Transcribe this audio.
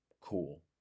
cool